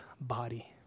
body